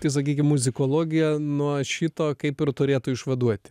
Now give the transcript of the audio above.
tai sakykim muzikologija nuo šito kaip ir turėtų išvaduoti